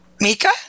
Mika